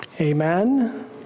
Amen